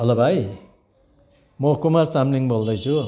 hello भाइ म कुमार चामलिङ बोल्दैछु